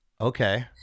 Okay